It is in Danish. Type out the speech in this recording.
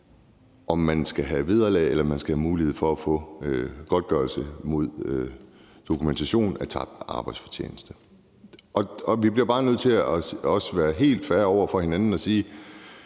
om man skal have vederlag eller mulighed for at få godtgørelse mod dokumentation for tabt arbejdsfortjeneste. Vi bliver bare nødt til at være helt fair over for hinanden og sige,